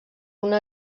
una